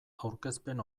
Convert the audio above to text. aurkezpen